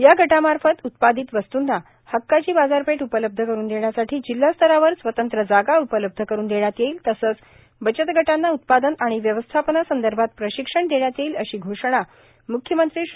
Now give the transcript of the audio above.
या गटामार्फत उत्पादित वस्तुंना हक्काची बाजारपेठ उपलब्ध करून देण्यासाठी जिल्हास्तरावर स्वतंत्र जागा उपलब्ध करून देण्यात येईल तसेच बचतगटांना उत्पादन आणि व्यवस्थापनासंदर्भात प्रशिक्षण देण्यात येईल अशी घोषणा म्ख्यमंत्री श्री